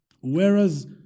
Whereas